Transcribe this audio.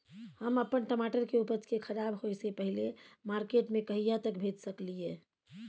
हम अपन टमाटर के उपज के खराब होय से पहिले मार्केट में कहिया तक भेज सकलिए?